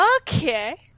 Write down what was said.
Okay